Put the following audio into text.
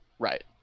Right